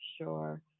Sure